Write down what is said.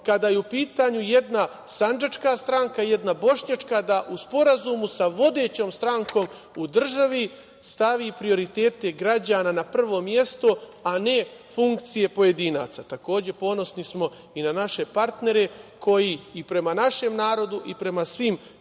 kada je u pitanju jedna sandžačka stranka, jedna bošnjačka da se u sporazumu sa vodećom strankom u državi stave prioriteti građana na prvo mesto, a ne funkcije pojedinaca. Ponosni smo i na naše partnere koji i prema našem narodu, i prema svim